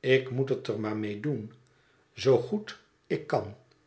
ik moet het er maar mee den zoo goed ik kan